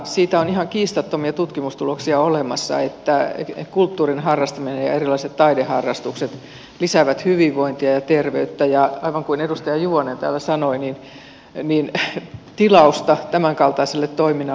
siitä on ihan kiistattomia tutkimustuloksia olemassa että kulttuurin harrastaminen ja erilaiset taideharrastukset lisäävät hyvinvointia ja terveyttä ja aivan kuin edustaja juvonen täällä sanoi niin tilausta tämänkaltaiselle toiminnalle on